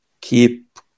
keep